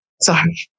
Sorry